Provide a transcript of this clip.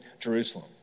Jerusalem